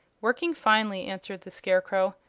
working finely, answered the scarecrow.